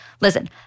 listen